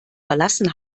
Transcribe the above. verlassen